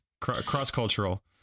Cross-cultural